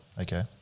Okay